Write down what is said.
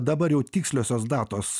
dabar jau tiksliosios datos